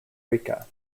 rica